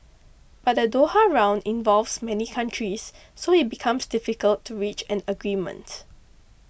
but the Doha Round involves many countries so it becomes difficult to reach an agreement